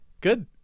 Good